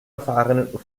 erfahrenen